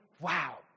wow